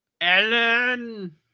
Ellen